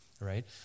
Right